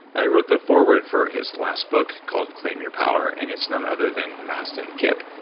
i wrote the foreword for his last book called claim your power, and it's none other than mastin kipp.